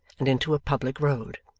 and into a public road.